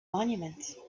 monument